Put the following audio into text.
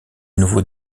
nouveau